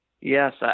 Yes